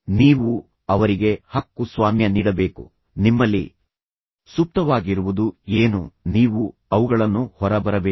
ನೀವು ಅವರಿಗೆ ಹಕ್ಕುಸ್ವಾಮ್ಯ ನೀಡಬೇಕು ನಿಮ್ಮಲ್ಲಿ ಸುಪ್ತವಾಗಿರುವುದು ಏನು ನೀವು ಅವುಗಳನ್ನು ಹೊರಬರಬೇಕು